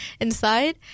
inside